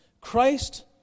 Christ